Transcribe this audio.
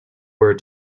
were